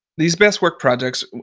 these best-work projects,